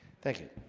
thank you